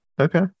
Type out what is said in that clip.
Okay